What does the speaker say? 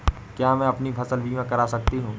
क्या मैं अपनी फसल बीमा करा सकती हूँ?